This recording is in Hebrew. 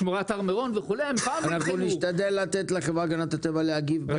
שמורת הר מירון וכולי --- נשתדל לתת לחברה להגנת הטבע להגיב בסוף.